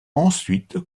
ensuite